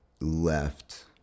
left